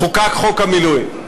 חוקק חוק המילואים.